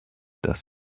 das